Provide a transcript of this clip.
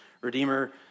Redeemer